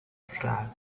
esclave